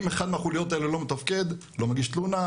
אם אחת מהחוליות האלה לא מתפקדת - החקלאי לא מגיש תלונה,